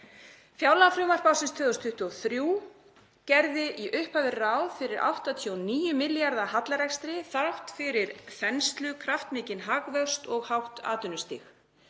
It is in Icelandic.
Fjárlagafrumvarp ársins 2023 gerði í upphafi ráð fyrir 89 milljarða hallarekstri þrátt fyrir þenslu, kraftmikinn hagvöxt og hátt atvinnustig.